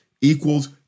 equals